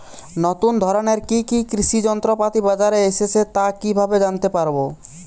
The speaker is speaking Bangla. নতুন ধরনের কি কি কৃষি যন্ত্রপাতি বাজারে এসেছে তা কিভাবে জানতেপারব?